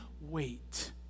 wait